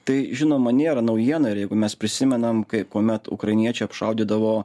tai žinoma nėra naujiena ir jeigu mes prisimenam kai kuomet ukrainiečių apšaudydavo